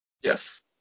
Yes